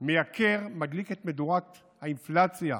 מייקר, מדליק את מדורת האינפלציה,